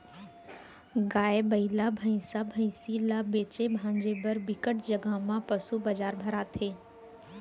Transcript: गाय, बइला, भइसा, भइसी ल बेचे भांजे बर बिकट जघा म पसू बजार भराथे